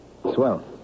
Swell